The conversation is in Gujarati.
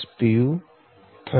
21008010